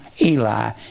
Eli